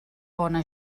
bona